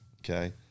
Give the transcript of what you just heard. okay